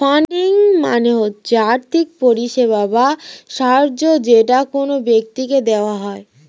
funding মানে হচ্ছে আর্থিক পরিষেবা বা সাহায্য যেটা কোন ব্যক্তিকে দেওয়া হয়